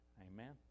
Amen